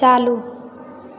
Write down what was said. चालू